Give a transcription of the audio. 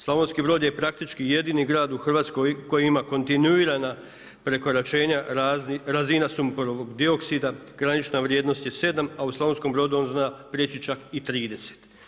Slavonski Brod je praktički jedini grad u Hrvatskoj koji ima kontinuirana prekoračenja razina sumporovog dioksida, granična vrijednost je 7 a u Slavonskom Brodu on zna priječi čak i 30.